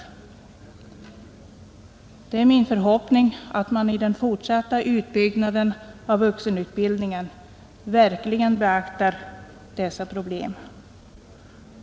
Det är min förhoppning att man i den fortsatta utbyggnaden av vuxenutbildningen verkligen beaktar dessa problem.